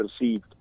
received